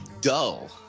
dull